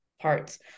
parts